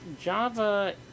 Java